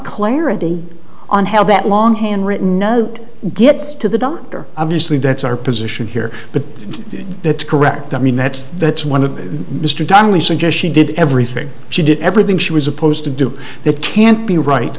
clarity on how that long handwritten note gets to the doctor obviously that's our position here but that's correct i mean that's that's one of the district only suggest she did everything she did everything she was supposed to do that can't be right